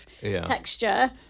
texture